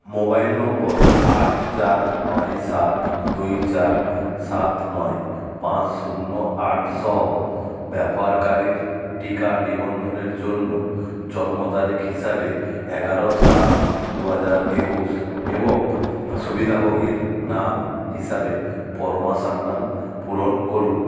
mobile নম্বর আট চার নয় সাত দুই চার সাত নয় পাঁচ শূন্য আট সহ ব্যবহারকারীর টিকা নিবন্ধনের জন্য জন্মতারিখ হিসাবে এগারো সাত দু হাজার একুশ এবং সুবিধাভোগীর নাম হিসাবে পরমা সান্যাল পূরণ করুন